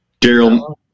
Daryl